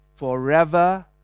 forever